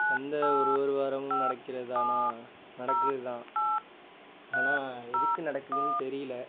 சந்தை ஒரு ஒரு வாரமும் நடக்கிறதான்னா நடக்குதுதான் ஆனால் எதுக்கு நடக்குதுன்னு தெரியல